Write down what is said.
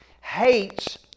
hates